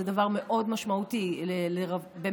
זה דבר מאוד משמעותי לתנאים,